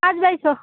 पाँच बाई छ